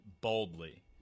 boldly